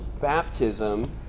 baptism